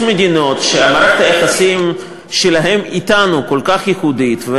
יש מדינות שמערכת היחסים שלהן אתנו כל כך ייחודית,